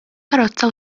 karozza